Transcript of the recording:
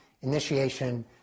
initiation